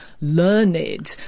learned